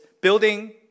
building